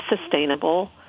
sustainable